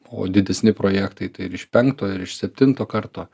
o didesni projektai tai ir iš penkto ir iš septinto karto